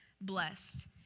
blessed